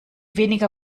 weniger